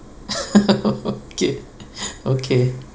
okay okay